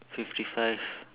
fifty five